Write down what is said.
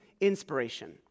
inspiration